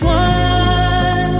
one